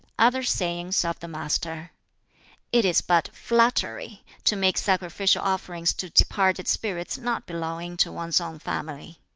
other sayings of the master it is but flattery to make sacrificial offerings to departed spirits not belonging to one's own family.